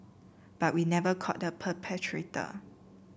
but we never caught the perpetrator